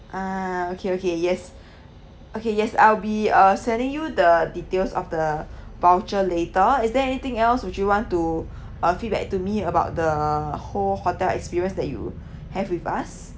ah okay okay yes okay yes I'll be uh sending you the details of the voucher later is there anything else would you want to uh feedback to me about the whole hotel experience that you have with us